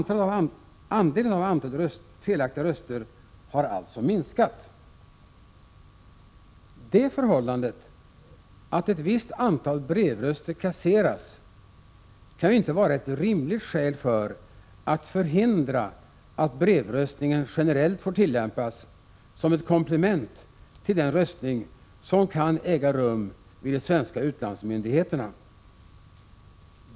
Andelen felaktiga röster har alltså minskat. Det förhållandet att ett visst antal brevröster kasseras kan ju inte vara ett rimligt skäl för att förhindra att brevröstningen generellt får tillämpas som ett komplement till den röstning som kan äga rum vid de svenska utlandsmyndigheterna.